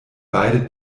beide